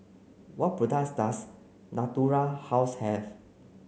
what products does Natura House have